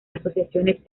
asociaciones